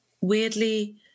weirdly